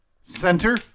Center